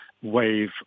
Wave